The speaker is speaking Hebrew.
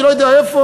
אני לא יודע איפה.